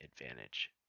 advantage